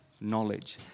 Knowledge